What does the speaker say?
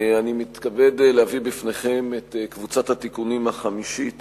אני מתכבד להביא בפניכם את קבוצת התיקונים החמישית